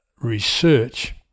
research